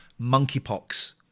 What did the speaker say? Monkeypox